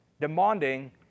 demanding